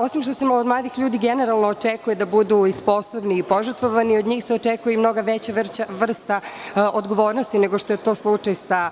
Osim što se od mladih ljudi generalno očekuje da budu i sposobni i požrtvovani, od njih se očekuje i mnogo veća vrsta odgovornosti nego što je to slučaj sa